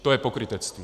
To je pokrytectví.